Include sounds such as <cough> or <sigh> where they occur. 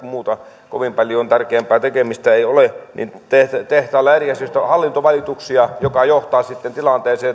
tätä muuta kovin paljon tärkeämpää tekemistä ei ole eli tehtaillaan eri asioista hallintovalituksia mikä johtaa sitten tilanteeseen <unintelligible>